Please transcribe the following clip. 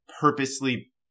purposely